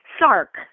Sark